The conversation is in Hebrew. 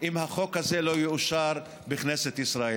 אם החוק הזה לא יאושר בכנסת ישראל.